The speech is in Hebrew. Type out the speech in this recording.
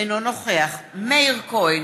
אינו נוכח מאיר כהן,